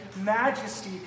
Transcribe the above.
majesty